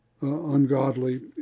ungodly